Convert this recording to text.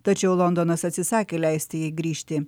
tačiau londonas atsisakė leisti jai grįžti